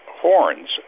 horns